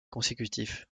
consécutif